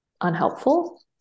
unhelpful